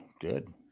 good